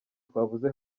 twavuze